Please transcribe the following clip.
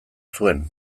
zuen